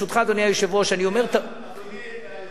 אדוני יושב-ראש ועדת הכספים,